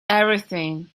everything